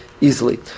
easily